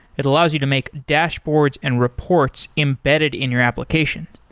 it allows you to make dashboards and reports embedded in your application.